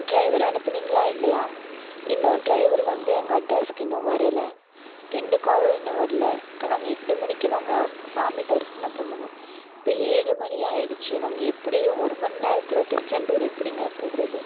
driver அனுப்புனீங்களா இல்லையா இன்னும் டிரைவர் வந்து எங்கள் அட்ரெஸ்க்கு இன்னும் வரலை ரெண்டு காரும் இன்னும் வரலை இப்போ நாங்கள் எட்டு மணிக்கு நாங்கள் சாமி தரிசனம் பண்ணணும் இப்போ ஏழு மணி ஆயிடுச்சு நாங்கள் எப்படி ஒரு மணி நேரத்தில் திருச்செந்தூர் எப்படிங்க போவது